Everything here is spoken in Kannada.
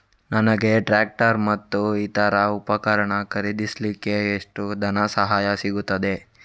ನನಗೆ ಟ್ರ್ಯಾಕ್ಟರ್ ಮತ್ತು ಇತರ ಉಪಕರಣ ಖರೀದಿಸಲಿಕ್ಕೆ ಎಷ್ಟು ಧನಸಹಾಯ ಸಿಗುತ್ತದೆ?